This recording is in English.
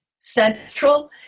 central